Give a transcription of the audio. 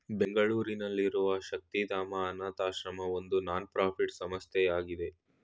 ಬೆಂಗಳೂರಿನಲ್ಲಿರುವ ಶಕ್ತಿಧಾಮ ಅನಾಥಶ್ರಮ ಒಂದು ನಾನ್ ಪ್ರಫಿಟ್ ಸಂಸ್ಥೆಯಾಗಿದೆ